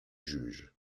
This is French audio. juges